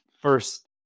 first